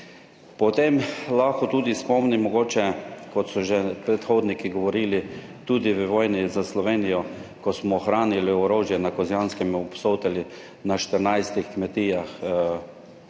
Potem lahko tudi spomnim, mogoče, kot so že predhodniki govorili, tudi v vojni za Slovenijo, ko smo hranili orožje na Kozjanskem / nerazumljivo/, na 14. kmetijah